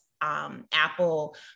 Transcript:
Apple